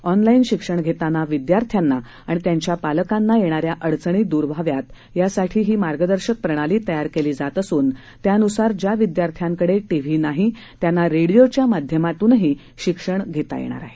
online शिक्षण घेताना विद्यार्थ्यांना आणि त्यांच्या पालकांना येणाऱ्या अडचणी दूर व्हाव्यात यासाठी ही मार्गदर्शक प्रणाली तयार केली जात असून यानुसार ज्या विद्यार्थ्यांकडे टी व्ही नाही त्यांना रेडिओच्या माध्यमातून शिक्षण घेता येईल